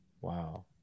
wow